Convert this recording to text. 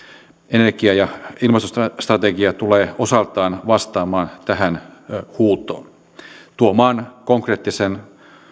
energia ja ilmastostrategia tulee osaltaan vastaamaan tähän huutoon tuomaan konkreettisen